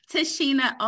Tashina